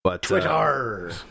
Twitter